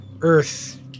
earth